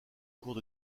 cours